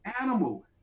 animal